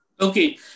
Okay